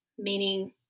Meaning